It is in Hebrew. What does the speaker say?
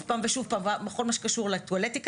פעם ושוב פעם בכל מה שקשור לטואלטיקה.